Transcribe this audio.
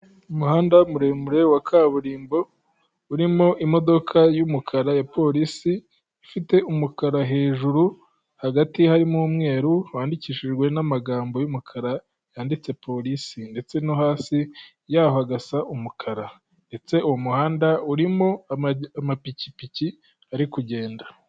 Umuhanda muremure wa kaburimbo, urimo imodoka y'umukara ya polisi, ifite umukara hejuru, hagati harimo umweru wandikishijwe n'amagambo y'umukara yanditse polisi ndetse no hasi yaho hagasa umukara, ndetse uwo muhanda urimo amapikipiki ari kugenda.